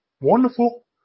wonderful